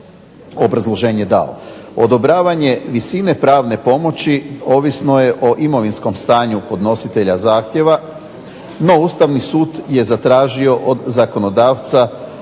obrazloženje dao. Odobravanje visine pravne pomoći ovisno je o imovinskom stanju podnositelja zahtjeva. No, Ustavni sud je zatražio od zakonodavca